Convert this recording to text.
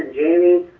in